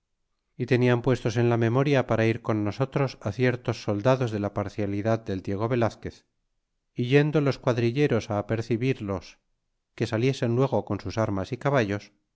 y tenian puestos en la memoria para ir con nosotros ciertos soldados de la parcialidad del diego velazquez é yendo los quadiilleros apercibirlos que saliesen luego con sus armas y caballos